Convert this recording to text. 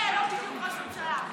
זה לא בדיוק ראש ממשלה,